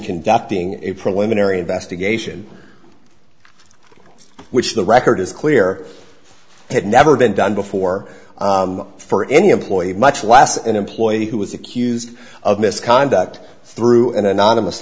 conducting a preliminary investigation which the record is clear had never been done before for any employee much last an employee who was accused of misconduct through an anonymous